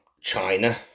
China